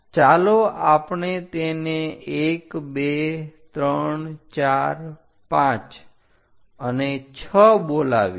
ચાલો આપણે તેને 1 2 3 4 5 અને 6 બોલાવીએ